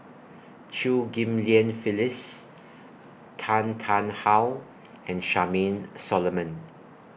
Chew Ghim Lian Phyllis Tan Tarn How and Charmaine Solomon